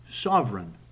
sovereign